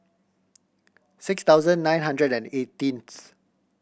six thousand nine hundred and eighteenth